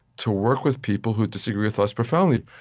to work with people who disagree with us profoundly.